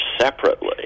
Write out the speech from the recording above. separately